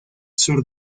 sur